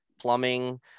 plumbing